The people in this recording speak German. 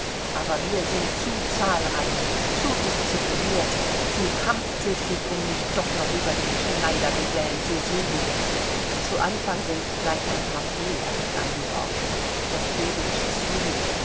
aber wir sind zu zahlreich zu diszipliniert zu kampftüchtig um nicht doch noch über die schneidergesellen zu siegen zu anfang sind gleich ein paar fehler begangen worden das gebe ich zu